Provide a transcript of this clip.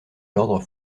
l’ordre